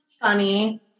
Funny